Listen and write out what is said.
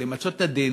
למצות את הדין